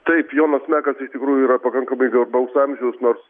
taip jonas mekas iš tikrųjų yra pakankamai garbaus amžiaus nors